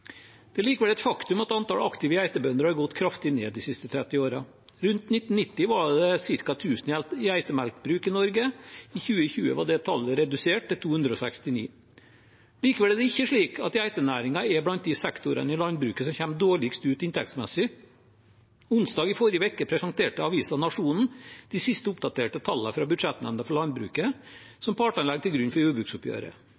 Det er likevel et faktum at antallet aktive geitebønder har gått kraftig ned de siste 30 årene. Rundt 1990 var det ca. 1 000 geitemelkbruk i Norge. I 2020 var tallet redusert til 269. Likevel er det ikke slik at geitenæringen er blant de sektorene i landbruket som kommer dårligst ut inntektsmessig. Onsdag i forrige uke presenterte avisen Nationen de siste oppdaterte tallene fra Budsjettnemnda for